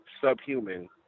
subhuman